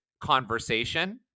conversation